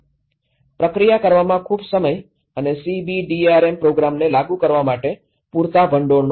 પ્રક્રિયા કરવામાં ખૂબ સમય અને સીબીડીઆરએમ પ્રોગ્રામને લાગુ કરવા માટે પૂરતા ભંડોળનો સમય